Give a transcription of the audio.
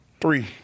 Three